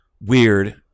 Weird